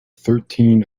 thirteen